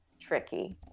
tricky